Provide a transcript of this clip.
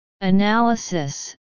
Analysis